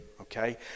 Okay